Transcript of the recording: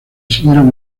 siguieron